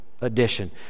edition